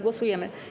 Głosujemy.